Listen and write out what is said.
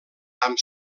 amb